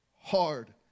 hard